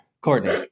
Courtney